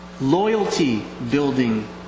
Loyalty-building